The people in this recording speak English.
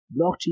blockchain